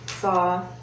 saw